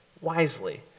wisely